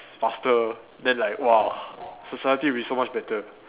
faster then like !wah! society will be so much better